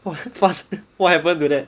!wah! fast what happened to that